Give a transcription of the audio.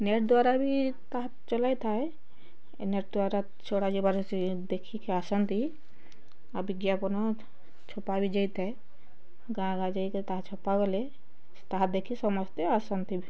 net ଦ୍ୱାରା ବି ତାହା ଚଲାଇଥାଏ ଏହି ନେଟ ଦ୍ୱାରା ଛଡ଼ା ଯିବାରୁ ସେ ଦେଖିକି ଆସନ୍ତି ଆଉ ବିଜ୍ଞାପନ ଛପା ବି ଯାଇଥାଏ ଗାଁ ଗାଁ ଯାଇକି ତାହା ଛପାଗଲେ ତାହା ଦେଖି ସମସ୍ତେ ଆସନ୍ତି ବି